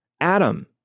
Adam